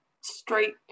straight